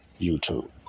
YouTube